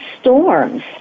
storms